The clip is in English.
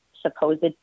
supposed